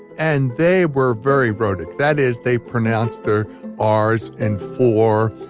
and they were very rhotic. that is, they pronounce their ah rs in four,